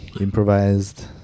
improvised